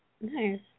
Nice